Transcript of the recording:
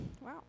Wow